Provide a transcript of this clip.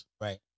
right